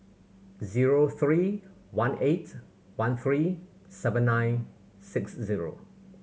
zero three one eight one three seven nine six zero